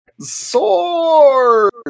Sword